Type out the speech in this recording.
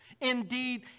Indeed